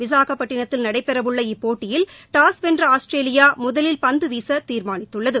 விசாகப்பட்டினத்தில் நடைபெறவுள்ள இப்போட்டியில் டாஸ் வென்ற ஆஸ்திரேலியா முதலில் பந்து வீச தீர்மானித்துள்ளது